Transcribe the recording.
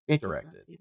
directed